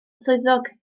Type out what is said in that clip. swyddog